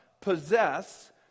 possess